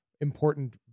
important